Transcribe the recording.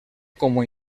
como